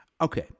Okay